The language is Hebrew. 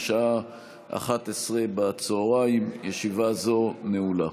בשעה 11:00. ישיבה זו נעולה.